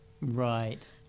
right